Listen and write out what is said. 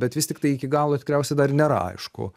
bet vis tiktai iki galo tikriausiai dar nėra aišku